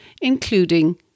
including